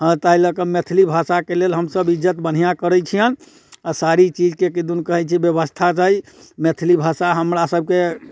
हँ ताहि लऽ कऽ मैथिली भाषाके लेल हमसब इज्जत बढ़िआँ करैत छिअनि आ सारी चीजके किदुन कहैत छै व्यवस्था छै मैथिली भाषा हमरा सबकेँ